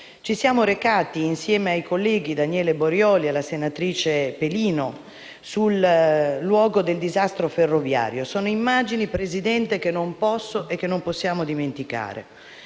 ci siamo recati, assieme al collega Daniele Borioli e alla senatrice Pelino, sul luogo del disastro ferroviario. Sono immagini, Presidente che non possiamo dimenticare,